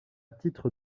titre